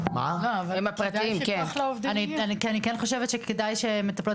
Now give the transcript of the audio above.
אבל --- אני כן חושבת שכדאי שמטפלות